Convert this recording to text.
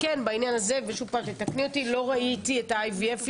כן, בעניין הזה לא ראיתי את ה-IVF'ות.